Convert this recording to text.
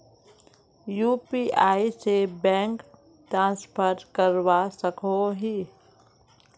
UPI से bank transfer करवा सकोहो ही?